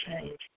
change